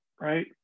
right